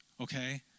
okay